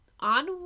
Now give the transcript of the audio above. On